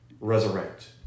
resurrect